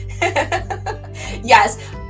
Yes